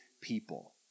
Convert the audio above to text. people